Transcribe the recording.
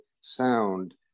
sound